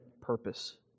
purpose